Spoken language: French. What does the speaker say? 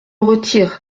retire